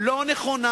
לא נכונה,